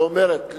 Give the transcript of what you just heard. שאומרת,